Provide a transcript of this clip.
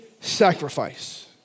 sacrifice